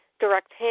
direct